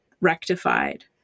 rectified